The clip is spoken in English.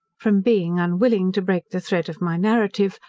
from being unwilling to break the thread of my narrative,